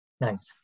Nice